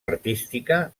artística